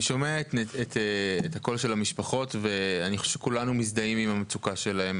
אני שומע את הקול של המשפחות ואני חושב שכולנו מזדהים עם המצוקה שלהן.